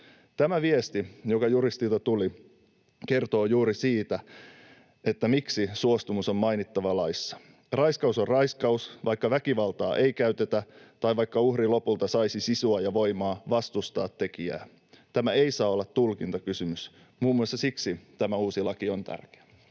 Tämä viesti, joka juristilta tuli, kertoo juuri siitä, miksi suostumus on mainittava laissa. Raiskaus on raiskaus, vaikka väkivaltaa ei käytetä tai vaikka uhri lopulta saisi sisua ja voimaa vastustaa tekijää. Tämä ei saa olla tulkintakysymys. Muun muassa siksi tämä uusi laki on tärkeä.